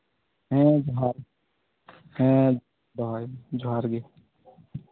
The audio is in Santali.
ᱦᱮᱸ ᱡᱚᱦᱟᱨ ᱦᱮᱸ ᱫᱚᱦᱚᱭᱢᱮ ᱡᱚᱦᱟᱨ ᱜᱮ